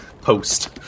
post